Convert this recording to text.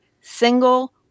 single